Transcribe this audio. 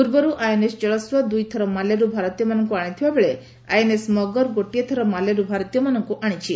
ପୂର୍ବରୁ ଆଇଏନ୍ଏସ୍ ଜଳାସ୍ୱ ଦୁଇଥର ମାଲେରୁ ଭାରତୀୟମାନଙ୍କୁ ଆଣିଥିବା ବେଳେ ଆଇଏନ୍ଏସ୍ ମଗର ଗୋଟିଏ ଥର ମାଲେରୁ ଭାରତୀୟମାନଙ୍କୁ ଆଣିଛି